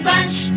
Bunch